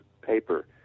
paper